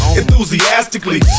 enthusiastically